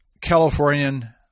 Californian